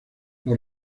los